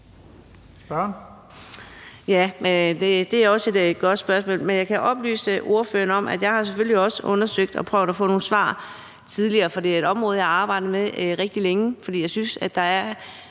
Ja, det er også et godt spørgsmål, men jeg kan oplyse ordføreren om, at jeg selvfølgelig også har undersøgt det og prøvet at få nogle svar tidligere, for det er et område, jeg har arbejdet med rigtig længe, fordi jeg synes, der er